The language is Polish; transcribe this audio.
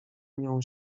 nią